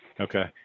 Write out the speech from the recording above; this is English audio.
Okay